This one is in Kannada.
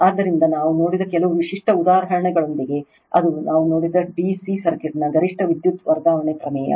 ಆದ್ದರಿಂದ ನಾವು ನೋಡಿದ ಕೆಲವು ವಿಶಿಷ್ಟ ಉದಾಹರಣೆಗಳೆಂದರೆ ಅದು ನಾವು ನೋಡಿದ ಡಿ ಸಿ ಸರ್ಕ್ಯೂಟ್ನ ಗರಿಷ್ಠ ವಿದ್ಯುತ್ ವರ್ಗಾವಣೆ ಪ್ರಮೇಯ